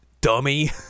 Dummy